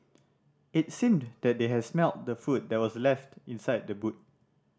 it seemed that they had smelt the food that was left in side the boot